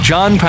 John